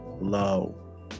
low